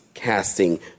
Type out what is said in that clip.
Casting